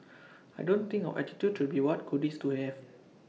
I don't think our attitude should be what goodies do we have